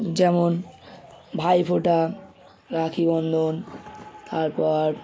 যেমন ভাইফোঁটা রাখি বন্ধন তারপর